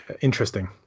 interesting